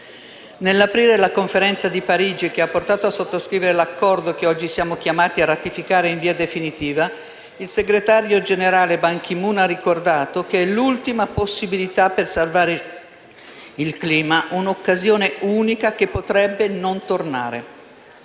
Nell'aprire la Conferenza di Parigi, che ha portato a sottoscrivere l'accordo che oggi siamo chiamati a ratificare in via definitiva, il segretario generale Ban Ki-Moon ha ricordato che è l'ultima possibilità per salvare il clima, un'occasione unica che potrebbe non tornare.